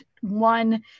one